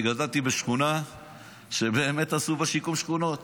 אני גדלתי בשכונה שבאמת עשו בה שיקום שכונות,